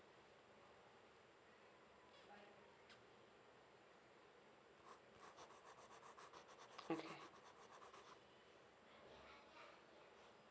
okay